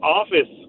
office